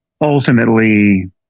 ultimately